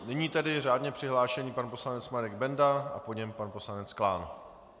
Nyní tedy řádně přihlášený pan poslanec Marek Benda a po něm pan poslanec Klán.